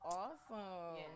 awesome